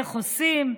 איך עושים.